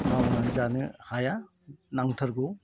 मावनानै जानो हाया नांथारगौ